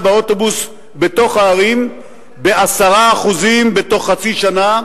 באוטובוס בתוך הערים ב-10% בתוך חצי שנה,